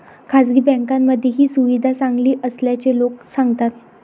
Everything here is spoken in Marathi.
खासगी बँकांमध्ये ही सुविधा चांगली असल्याचे लोक सांगतात